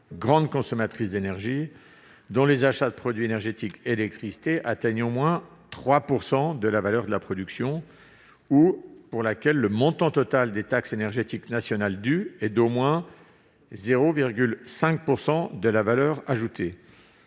grandes consommatrices d'énergie, c'est-à-dire « dont les achats de produits énergétiques et d'électricité atteignent au moins 3 % de la valeur de la production ou pour laquelle le montant total des taxes énergétiques nationales dues est d'au moins 0,5 % de la valeur ajoutée